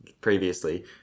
previously